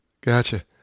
Gotcha